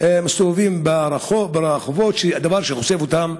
מסתובבים ברחובות, דבר שחושף אותם